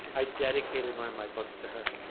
i dedicated one of my books to her.